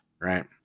right